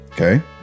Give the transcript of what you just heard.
Okay